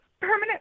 permanent